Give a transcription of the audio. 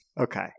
Okay